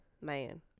Man